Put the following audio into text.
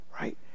right